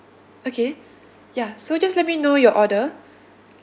okay ya so just let me know your order